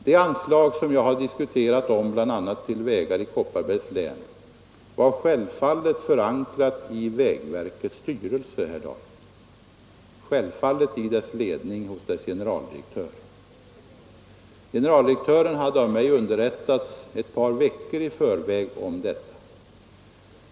Det anslag som jag har föreslagit bl.a. till vägar i Kopparbergs län är självfallet förankrat i vägverkets styrelse, herr Dahlgren. Generaldirektören underrättades av mig ett par veckor i förväg om detta.